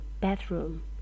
bathroom